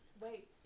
Wait